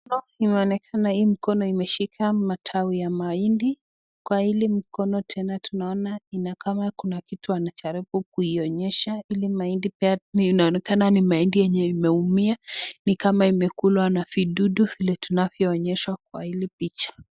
Inaoneka hii mkono imeshika matawi ya mahindi. Kwa hili mkono tunaondlendea kama kuna kitu anajaribu kuionyesha. Hili mahindi ni kama imekulwa na vidudu vile tunavyo onyeshwa kwa hili picha